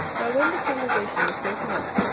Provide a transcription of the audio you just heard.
now when the congregation was broken up,